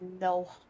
no